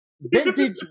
vintage